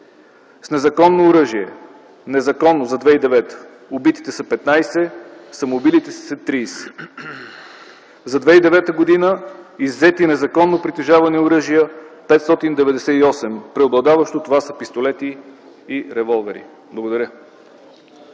с незаконно оръжие убитите са 15, самоубилите се - 30. За 2009 г. иззети незаконно притежавани оръжия 598. Преобладаващо това са пистолети и револвери. Благодаря.